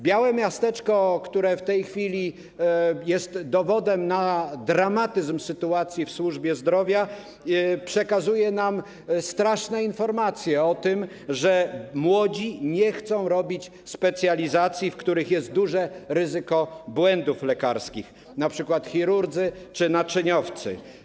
Białe miasteczko, które w tej chwili jest dowodem dramatyzmu sytuacji w służbie zdrowia, przekazuje nam straszne informacje o tym, że młodzi nie chcą robić specjalizacji, w których jest duże ryzyko błędów lekarskich, np. chirurdzy czy naczyniowcy.